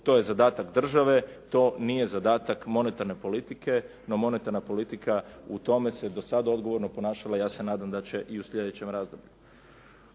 To je zadatak države, to nije zadatak monetarne politike, no monetarna politika u tome se do sad odgovorno ponašala, ja se nadam da će i u sljedećem razdoblju.